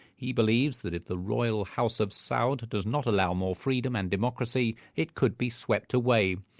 he believes that if the royal house of saud does not allow more freedom and democracy, it could be swept away.